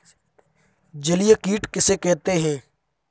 जलीय कीट किसे कहते हैं?